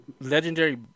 legendary